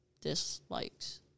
dislikes